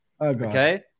Okay